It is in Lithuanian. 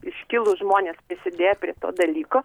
iškilūs žmonės prisidėję prie to dalyko